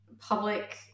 public